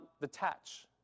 detach